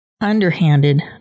underhanded